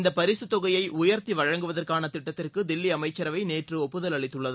இந்த பரிசு தொகையை உயர்த்தி வருவதாற்கான திட்டத்திற்க தில்லி அமைச்சரவை நேற்று ஒப்புதல் அளித்துள்ளது